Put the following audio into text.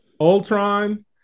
Ultron